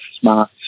smart